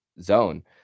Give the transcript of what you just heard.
zone